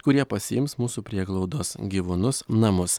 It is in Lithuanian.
kurie pasiims mūsų prieglaudos gyvūnus namus